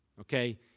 okay